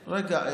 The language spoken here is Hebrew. רגע,